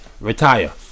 retire